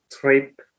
trip